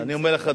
אני אומר לך,